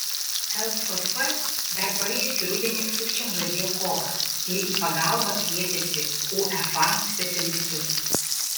lff dar praėjusį rudenį sukčiams žadėjo kovą ir į pagalbą kvietėsi uefa specialistus